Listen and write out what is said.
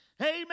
amen